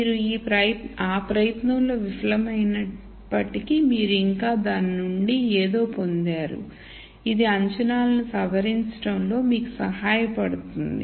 మీరు ఆ ప్రయత్నంలో విఫలమైనప్పటికీ మీరు ఇంకా దాని నుండి ఏదో పొందారు ఇది అంచనాలను సవరించడంలో మీకు సహాయపడుతుంది